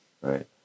right